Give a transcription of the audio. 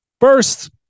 First